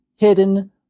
Hidden